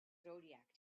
zodiac